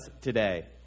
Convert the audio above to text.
today